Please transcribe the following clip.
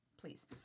Please